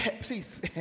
Please